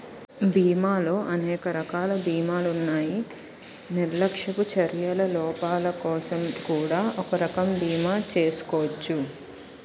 బీమాలో అనేక రకాల బీమాలున్నాయి నిర్లక్ష్యపు చర్యల లోపాలకోసం కూడా ఒక రకం బీమా చేసుకోచ్చు